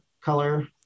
color